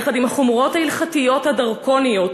יחד עם החומרות ההלכתיות הדרקוניות,